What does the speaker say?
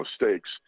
mistakes